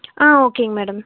ஆ ஓகேங்க மேடம்